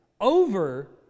over